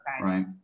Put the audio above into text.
right